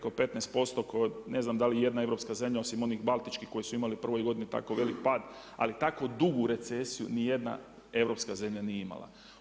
Ne znam da li je ijedna europska zemlja osim onih baltičkih koje su imali u prvoj godini tako veliki pad, ali tako dugu recesiju nijedna europska zemlja nije imala.